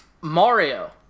Mario